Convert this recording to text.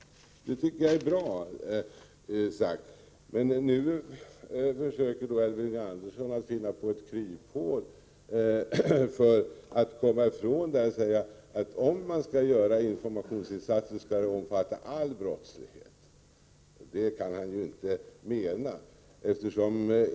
Det tycker jag är bra sagt. Men nu försöker Elving Andersson hitta ett kryphål för att komma ifrån detta. Han säger att om informationsinsatser skall göras skall de omfatta all brottslighet. Men det kan han ju inte mena!